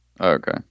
okay